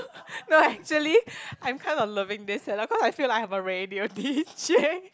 no actually I'm kind of loving this set lah cause I feel like I have a radio D_J